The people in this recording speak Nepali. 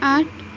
आठ